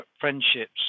friendships